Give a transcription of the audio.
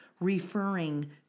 referring